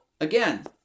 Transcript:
again